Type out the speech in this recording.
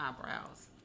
eyebrows